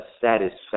satisfaction